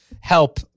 help